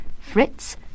Fritz